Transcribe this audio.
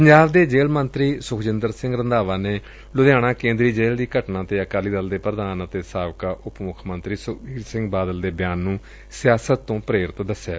ਪੰਜਾਬ ਦੇ ਜੇਲੁ ਮੰਤਰੀ ਸੁਖਜਿੰਦਰ ਸਿੰਘ ਰੰਧਾਵਾ ਨੇ ਲੁਧਿਆਣਾ ਕੇ'ਦਰੀ ਜੇਲੁ ਦੀ ਘਟਨਾ ਤੇ ਅਕਾਲੀ ਦਲ ਦੇ ਪ੍ਰਧਾਨ ਅਤੇ ਸਾਬਕਾ ਉਪ ਮੁੱਖ ਮੰਤਰੀ ਸੁਖਬੀਰ ਸਿੰਘ ਬਾਦਲ ਦੇ ਬਿਆਨ ਨੁੰ ਸਿਆਸਤ ਤੋਂ ਪ੍ਰੇਰਿਤ ਦਸਿਐ